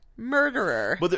Murderer